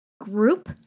group